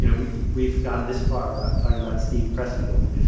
you know we've we've gotten this far with out talking about steve pressfield.